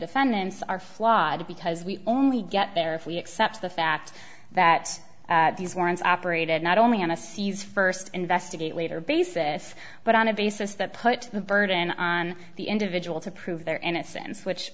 defendants are flawed because we only get there if we accept the fact that these warrants operated not only on a seize first investigate later basis but on a basis that put the burden on the individual to prove their innocence which